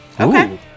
Okay